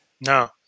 no